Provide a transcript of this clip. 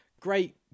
great